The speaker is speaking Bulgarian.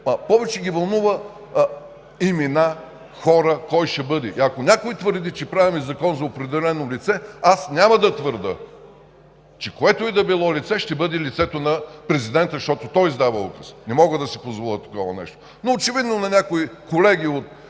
повече ги вълнуват имена, хора, кой ще бъде. Ако някой твърди, че правим закон за определено лице, аз няма да твърдя, че което и да било лице ще бъде лицето на Президента, защото той издава указ. Не мога да си позволя такова нещо. Очевидно някои колеги от